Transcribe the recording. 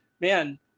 man